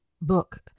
book